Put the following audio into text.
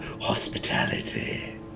hospitality